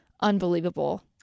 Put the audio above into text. unbelievable